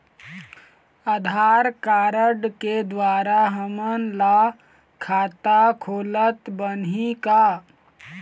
आधार card के द्वारा हमन ला खाता खोलत बनही का?